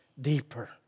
deeper